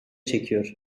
çekiyor